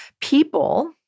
People